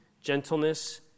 gentleness